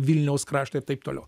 vilniaus kraštą ir taip toliau